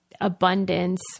abundance-